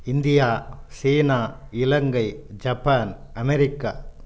India சீனா இலங்கை Japan America